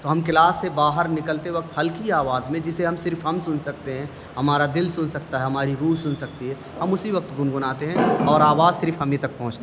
تو ہم کلاس سے باہر نکلتے وقت ہلکی آواز میں جسے ہم صرف ہم سن سکتے ہیں ہمارا دل سن سکتا ہے ہماری روح سن سکتی ہے ہم اسی وقت گنگناتے ہیں اور آواز صرف ہمیں تک پہنچتی ہے